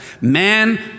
man